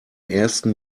ersten